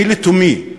אני לתומי,